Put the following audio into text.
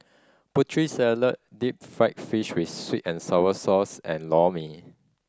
Putri Salad deep fried fish with sweet and sour sauce and Lor Mee